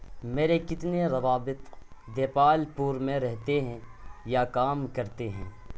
میرے کتنے روابط دیپالپور میں رہتے ہیں یا کام کرتے ہیں